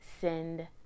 send